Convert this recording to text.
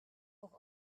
auch